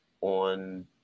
on